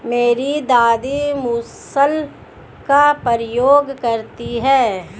मेरी दादी मूसल का प्रयोग करती हैं